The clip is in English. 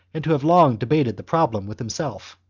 and to have long debated the problem with himself,